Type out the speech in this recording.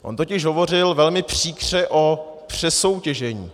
On totiž hovořil velmi příkře o přesoutěžení.